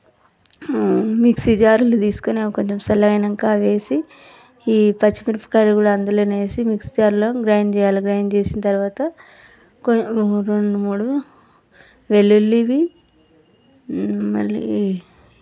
mixie జారులు తీసుకొని కొంచం చల్లారాక అవి వేసి ఈ పచ్చిమిరపకాయలు కూడా అందులోనే వేసి మిక్సీ జార్లో గ్రైండ్ చేయాలి గ్రైండ్ చేసిన తరువాత రెండు మూడు వెల్లుల్లి మళ్ళీ